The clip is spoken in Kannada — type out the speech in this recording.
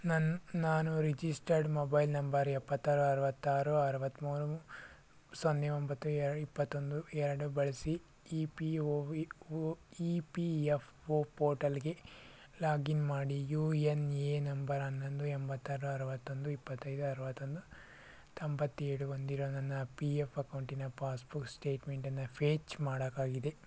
ನನ್ನ ನಾನು ರಿಜಿಸ್ಟರ್ಡ್ ಮೊಬೈಲ್ ನಂಬರ್ ಎಪ್ಪತ್ತಾರು ಅರವತ್ತಾರು ಅರವತ್ತು ಮೂರು ಸೊನ್ನೆ ಒಂಬತ್ತು ಇಪ್ಪತ್ತೊಂದು ಎರಡು ಬಳಿಸಿ E P O E O E P F O ಪೋರ್ಟಲ್ಗೆ ಲಾಗಿನ್ ಮಾಡಿ ಯು ಎನ್ ಎ ನಂಬರ್ ಹನ್ನೊಂದು ಎಂಬತ್ತಾರು ಅರವತ್ತೊಂದು ಇಪ್ಪತ್ತೈದು ಅರವತ್ತೊಂದು ತೊಂಬತ್ತೇಳು ಹೊಂದಿರೋ ನನ್ನ ಪಿ ಎಫ್ ಅಕೌಂಟಿನ ಪಾಸ್ಬುಕ್ ಸ್ಟೇಟ್ಮೆಂಟಿಂದ ಫೇಚ್ ಮಾಡಕ್ಕಾಗಿದೆ